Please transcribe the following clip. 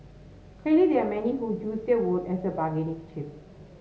clearly there are many who use their vote as a bargaining chip